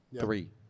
Three